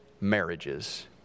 marriages